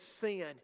sin